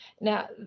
Now